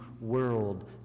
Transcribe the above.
world